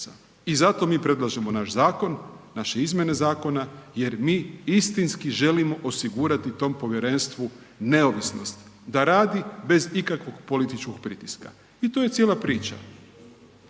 I zato mi predlažemo naš zakon, naše izmjene zakona jer mi istinski želimo osigurati tom povjerenstvu neovisnost, da radi bez ikakvog političkog pritiska. I to je cijela priča.